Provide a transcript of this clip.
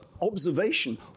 observation